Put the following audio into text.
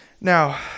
Now